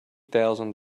thousand